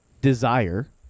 desire